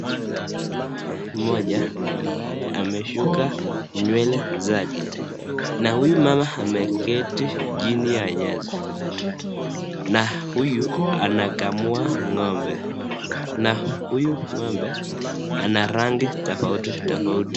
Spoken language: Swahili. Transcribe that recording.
Mama mmoja ambaye ameshuka nywele zake na huyu mama ameketi chini ya nyasi na huyu anakamua ng'ombe na huyu ng'ombe anarangi tofauti tofauti.